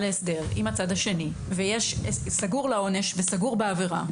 להסדר עם הצד השני וסגור עונש וסגור בעבירה,